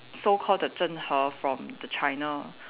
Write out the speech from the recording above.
so called the Zheng-He from the China